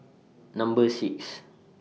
Number six